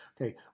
Okay